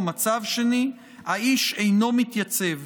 או מצב שני: האיש אינו מתייצב,